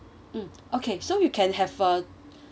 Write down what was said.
mm okay so you can have a